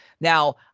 Now